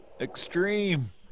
extreme